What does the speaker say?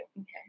Okay